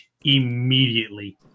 immediately